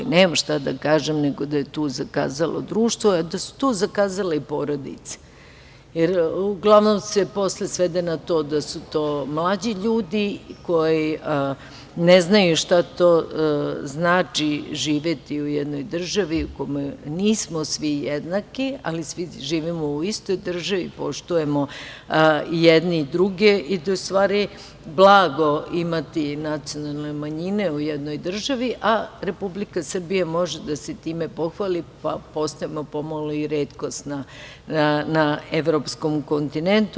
Nemam šta da kažem nego da je tu zakazalo društvo, ali da su tu zakazale i porodice, jer se uglavnom posle svede na to da su to uradili mlađi ljudi, koji ne znaju šta to znači živeti u jednoj državi u kojoj nismo svi jednaki, ali svi živimo u istoj državi, poštujemo jedni druge i da je u stvari blago imati nacionalne manjine u jednoj državi, a Republika Srbija može da se time pohvali, postajemo pomalo i retkost na evropskom kontinentu.